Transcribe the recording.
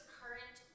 current